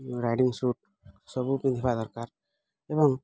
riding suit ସବୁ ପିନ୍ଧିବା ଦରକାର ଏବଂ